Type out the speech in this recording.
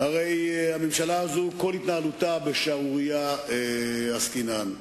הרי הממשלה הזו, כל התנהלותה בשערורייה עסקינן.